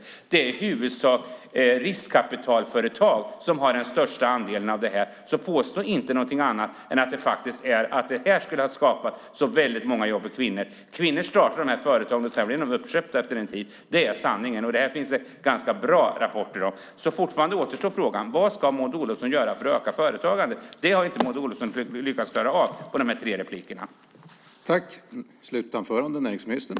Men det är i huvudsak riskkapitalföretag som har den största andelen på området. Så påstå inte att det här har skapat så många jobb för kvinnor! Kvinnor startade de här företagen. Men efter en tid blev företagen uppköpta. Det är sanningen. Om detta finns det ganska bra rapporter. Frågan kvarstår: Vad ska Maud Olofsson göra för att öka företagandet? Att svara på den frågan har Maud Olofsson i sina tre inlägg inte lyckats klara av.